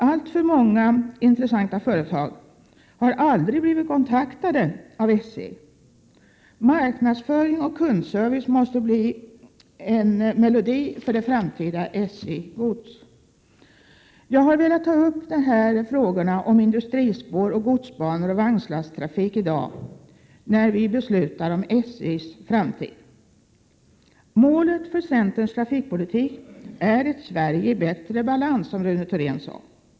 Alltför många intressanta företag har aldrig blivit kontaktade av SJ. Marknadsföring och kundservice måste bli melodin för det framtida SJ Gods. Jag har velat ta upp frågorna om industrispår, godsbanor och vagnslasttrafik i dag när vi beslutar om SJ:s framtid. Målet för centerns trafikpolitik är ett Sverige i bättre balans, så som Rune Thorén sade.